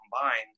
combined